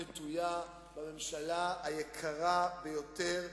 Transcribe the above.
לך, עקרוני ביותר.